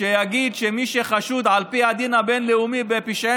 שיגיד שמי שחשוד על פי הדין הבין-לאומי בפשעי